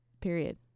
period